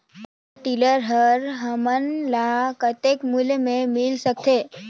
Power tiller हमन ल कतेक मूल्य मे मिल सकथे?